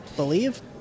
Believe